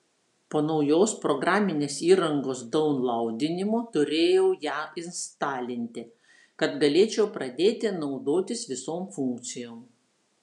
po naujos programinės įrangos daunlaudinimo turėjau ją instalinti kad galėčiau pradėti naudotis visom funkcijom